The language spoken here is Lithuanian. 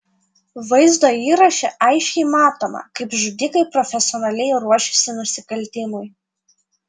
vaizdo įraše aiškiai matoma kaip žudikai profesionaliai ruošiasi nusikaltimui